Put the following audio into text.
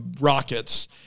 rockets